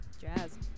Jazz